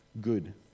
good